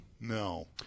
no